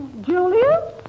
Julia